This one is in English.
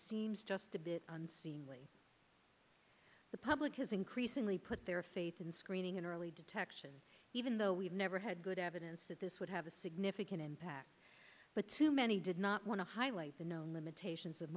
seems just a bit unseemly the public has increasingly put their faith in screening and early detection even though we've never had good evidence that this would have a significant impact but too many did not want to highlight the known limitations of